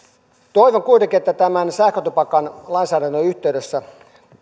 toivon kuitenkin että tämän sähkötupakan lainsäädännön yhteydessä